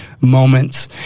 moments